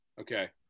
Okay